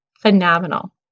Phenomenal